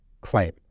claim